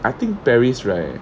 I think paris right